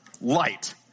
Light